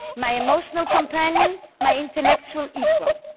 my emotional companion, my intellectual equal.